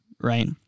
right